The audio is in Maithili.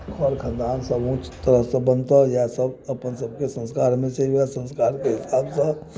कुल खानदान सभ ऊँच बनतह इएहसभ अपनसभके संस्कारमे चलि रहल संस्कार छै